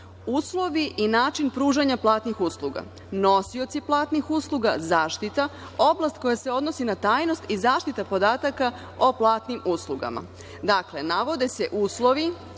uslovi i način pružanja platnih usluga, nosioci platnih usluga zaštita, oblast koja se odnosi na tajnost i zaštita podataka o platnim uslugama. Dakle, navode se uslovi,